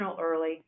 early